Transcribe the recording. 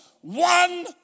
one